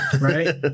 right